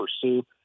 pursue